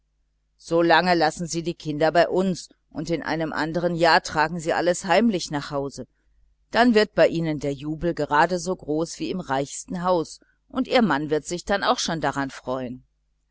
lange lassen sie die kleinen bei uns und in einem andern jahr tragen sie alles heimlich nach hause dann wird bei ihnen der jubel gerade so groß wie im reichsten haus und ihr mann wird sich dann schon auch daran freuen